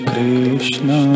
Krishna